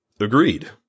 agreed